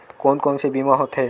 कोन कोन से बीमा होथे?